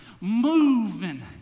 moving